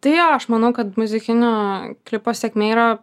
tai jo aš manau kad muzikinio klipo sėkmė yra